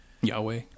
Yahweh